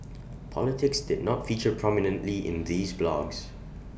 politics did not feature prominently in these blogs